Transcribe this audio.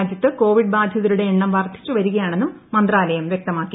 രാജ്യത്ത് കോവിഡ് ബാധിതരുടെ എണ്ണം വർദ്ധിച്ചുവരികയാണെന്നും മന്ത്രാലയം വ്യക്തമാക്കി